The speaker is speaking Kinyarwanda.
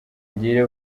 ngire